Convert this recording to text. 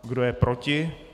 Kdo je proti?